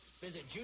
Visit